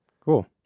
Cool